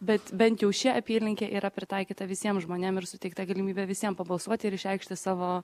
bet bent jau ši apylinkė yra pritaikyta visiem žmonėm ir suteikta galimybė visiem pabalsuoti ir išreikšti savo